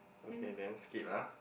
okay then skip ah